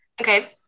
Okay